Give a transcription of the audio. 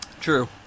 True